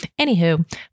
anywho